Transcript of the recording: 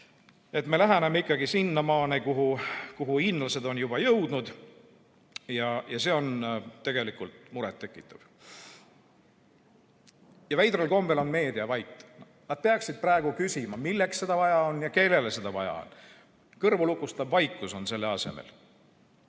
Me läheneme ikkagi sellele, kuhu hiinlased on juba jõudnud. See on tegelikult muret tekitav. Veidral kombel on meedia vait. Nad peaksid praegu küsima, milleks seda vaja on ja kellele seda vaja on. Kõrvulukustav vaikus on selle asemel.